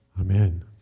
Amen